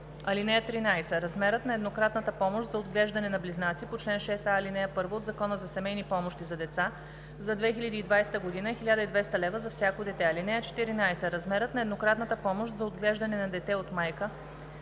лв. (13) Размерът на еднократната помощ за отглеждане на близнаци по чл. 6а, ал. 1 от Закона за семейни помощи за деца за 2020 г. е 1200 лв. за всяко дете. (14) Размерът на еднократната помощ за отглеждане на дете от майка